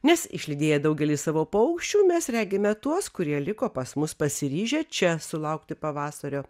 nes išlydėję daugelį savo paukščių mes regime tuos kurie liko pas mus pasiryžę čia sulaukti pavasario